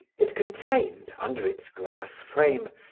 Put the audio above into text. it contained, under its glass frame,